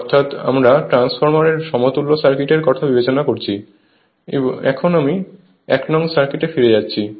অর্থাৎ আমরা ট্রান্সফরমারের সমতুল্য সার্কিট এর কথা বিবেচনা করেছি এবং এখন আমি 1নং সার্কিটে ফিরে যাচ্ছি